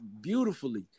beautifully